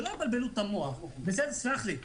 שלא יבלבלו את המוח, סלח לי.